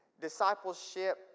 discipleship